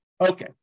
Okay